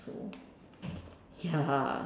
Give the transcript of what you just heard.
so ya